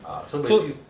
ah so basically